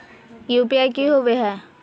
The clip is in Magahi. यू.पी.आई की होवे है?